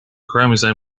chromosome